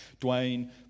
Dwayne